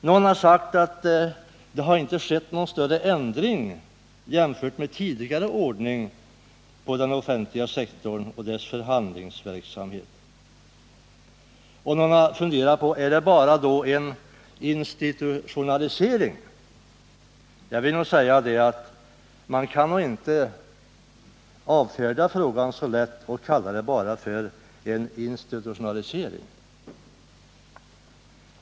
Någon har sagt att det inte har skett någon större ändring jämfört med tidigare ordning på den offentliga sektorn och dess förhandlingsverksamhet. Man kan då undra: Är det bara en institutionalisering? Man kan inte avfärda frågan så lätt att man bara kallar det hela institutionalisering.